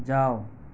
જાવ